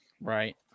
right